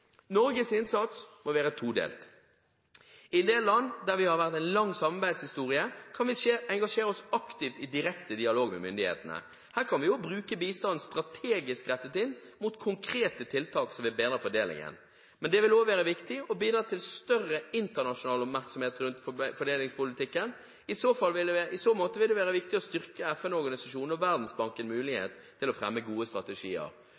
Norges innsats må være todelt: I en del land hvor vi har en lang samarbeidshistorie, kan vi engasjere oss aktivt i direkte dialog med myndighetene. Her kan vi også bruke bistanden strategisk, rettet inn mot konkrete tiltak som vil bedre fordelingen. Men det vil også være viktig å bidra til større internasjonal oppmerksomhet rundt fordelingspolitikken. I så måte vil det være viktig å styrke FN-organisasjonen og Verdensbankens mulighet til å fremme gode strategier.